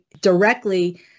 directly